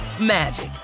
magic